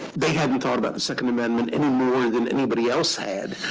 they hadn't thought about the second amendment any more than anybody else had.